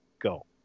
Go